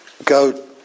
go